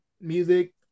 music